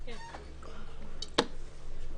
(מוצגת מצגת)